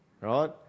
right